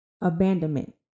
Abandonment